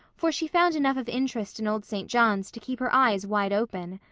for she found enough of interest in old st. john's to keep her eyes wide open.